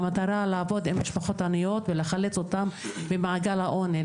המטרה לעבוד עם משפחות עניות ולחלץ אותם ממעגל העוני,